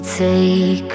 take